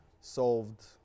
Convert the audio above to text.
solved